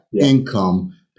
income